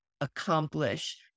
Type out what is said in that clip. accomplish